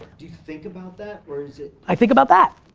do you think about that, or is it i think about that,